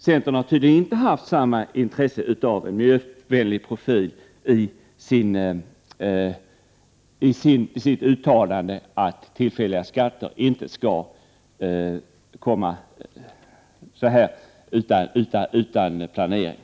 Centern har tydligen inte haft samma intresse av en miljövänlig profilisitt uttalande om att tillfälliga skatter inte skall införas utan planering.